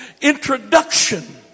introduction